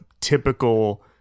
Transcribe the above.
typical